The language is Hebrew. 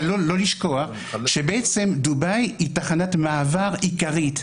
אבל לא לשכוח שדובאי היא תחנת מעבר עיקרית.